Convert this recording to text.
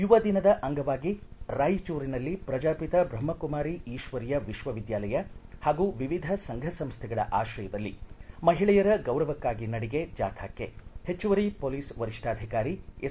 ಯುವ ದಿನ ಅಂಗವಾಗಿ ರಾಯಚೂರಿನಲ್ಲಿ ಪ್ರಜಾಪಿತ ಬ್ರಹ್ಮಕುಮಾರಿ ಈಶ್ವರೀಯ ವಿಶ್ವವಿದ್ಯಾಲಯ ಹಾಗೂ ವಿವಿಧ ಸಂಘ ಸಂಸ್ಥೆಗಳ ಆತ್ರಯದಲ್ಲಿ ಮಹಿಳೆಯರ ಗೌರವಕ್ಕಾಗಿ ನಡಿಗೆ ಜಾಥಾಕ್ಕೆ ಹೆಚ್ಚುವರಿ ಪೊಲೀಸ್ ವರಿಷ್ಠಾಧಿಕಾರಿ ಎಸ್